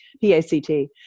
P-A-C-T